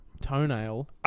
toenail